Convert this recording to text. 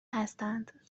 هستند